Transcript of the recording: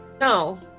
No